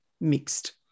mixed